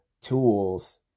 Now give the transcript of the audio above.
tools